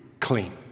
clean